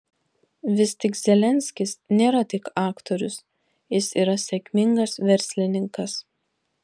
vis tik zelenskis nėra tik aktorius jis yra sėkmingas verslininkas